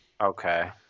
Okay